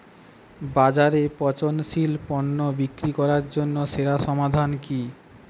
বাজারে পচনশীল পণ্য বিক্রি করার জন্য সেরা সমাধান কি?